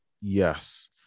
Yes